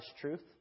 truth